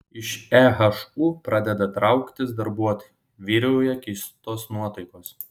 iš ehu pradeda trauktis darbuotojai vyrauja keistos nuotaikos